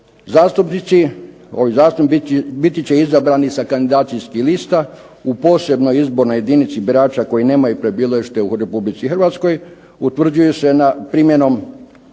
Zastupnici, biti će izabrani sa kandidacijskih lista u posebnoj izbornoj jedinici birača koji nemaju prebivalište u Republici Hrvatskoj, utvrđuju se primjenom